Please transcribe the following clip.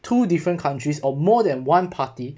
two different countries or more than one party